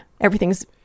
Everything's